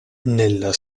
nella